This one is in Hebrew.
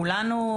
כולנו,